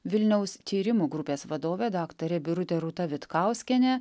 vilniaus tyrimų grupės vadovė daktarė birutė rūta vitkauskienė